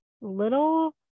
little